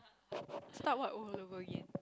start what all over again